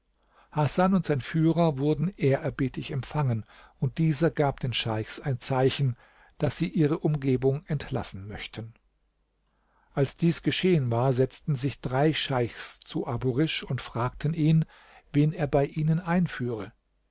hasan und sein führer wurden ehrerbietig empfangen und dieser gab den scheichs ein zeichen daß sie ihre umgebung entlassen möchten als dies geschehen war setzten sich drei scheichs zu abu risch und fragten ihn wen er bei ihnen einführe